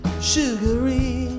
sugary